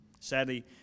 Sadly